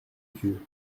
dieu